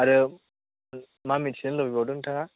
आरो मा मिथिनो लुबैबावदों नोंथाङा